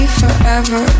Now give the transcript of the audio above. forever